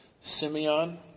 Simeon